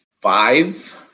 five